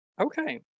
Okay